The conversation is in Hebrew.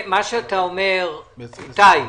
איתי,